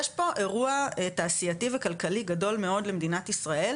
יש פה אירוע תעשייתי וכלכלי גדול מאוד למדינת ישראל,